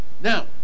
Now